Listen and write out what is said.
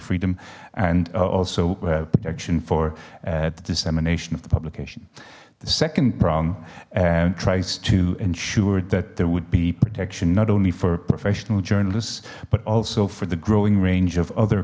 freedom and also protection for the dissemination of the publication the second prong and tries to ensure that there would be protection not only for professional journalists but also for the growing range of other